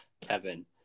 Kevin